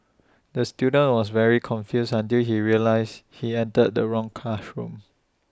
the student was very confused until he realised he entered the wrong classroom